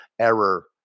error